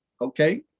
okay